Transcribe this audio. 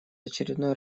очередной